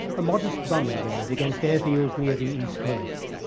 a modest bombing raid against airfields near the east coast.